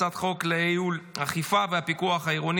הצעת חוק לייעול האכיפה והפיקוח העירוני